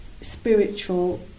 spiritual